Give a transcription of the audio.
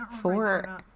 Four